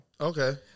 Okay